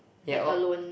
like alone